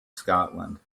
scotland